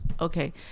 Okay